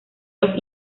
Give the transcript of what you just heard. los